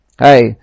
hey